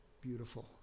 beautiful